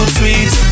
sweet